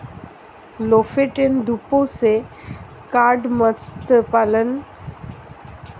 Lofoten द्वीपों से cod मत्स्य पालन, या चीन में झींगा फार्म मत्स्य पालन हैं